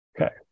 Okay